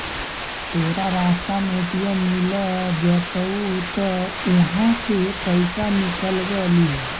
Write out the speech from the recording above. तोरा रास्ता में ए.टी.एम मिलऽ जतउ त उहाँ से पइसा निकलव लिहे